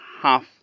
half